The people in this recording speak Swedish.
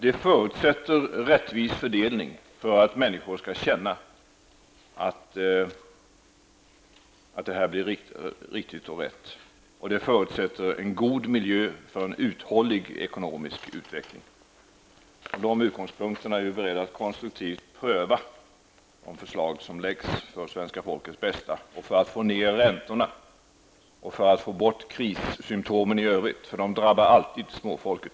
En förutsättning är rättvis fördelning för att människor skall känna att detta blir riktigt och rätt. En annan förutsättning är en god miljö för en uthållig ekonomisk utveckling. Med de utgångspunkterna är vi beredda att konstruktivt pröva de förslag som läggs fram för det svenska folkets bästa, för att få ner räntorna och få bort krissymtomen i övrigt. De drabbar alltid småfolket.